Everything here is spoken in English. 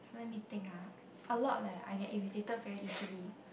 let me think ah a lot leh I get irritated very easily